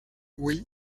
oui